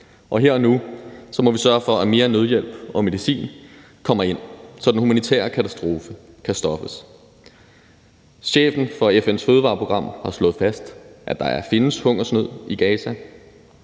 og her og nu må vi sørge for, at mere nødhjælp og medicin kommer ind, så den humanitære katastrofe kan stoppes. Chefen for FN's fødevareprogram har slået fast, at der findes hungersnød i Gaza,